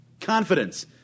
confidence